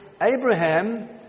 Abraham